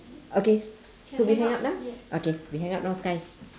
okay so we hang up now okay we hang up now sky